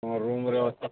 ହଁ ରୁମ୍ରେ ଅଛି